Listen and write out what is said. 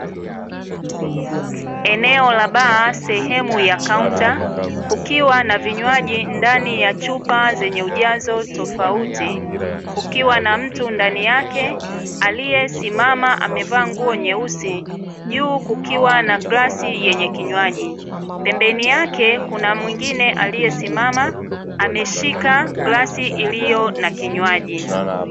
Eneo la baa sehemu ya kaunta kukiwa na vinywaji ndani ya chupa zenye ujazo tofauti kukiwa na mtu ndani yake aliysimama amevaa nguo nyeusi, juu kukiwa na glasi yenye kinywaji, pembeni yake kuna mwingine aliyesimama ameshika glasi iliyo na kinywaji.